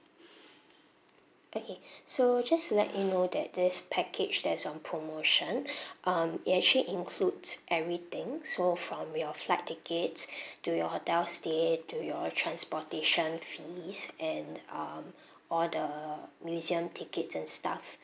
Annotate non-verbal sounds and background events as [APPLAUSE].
okay so just let you know that this package that is on promotion [BREATH] um it actually includes everything so from your flight tickets to your hotel stay to your transportation fees and um all the museum tickets and stuff